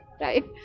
right